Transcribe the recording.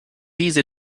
easier